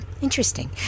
interesting